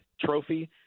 trophy